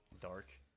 dark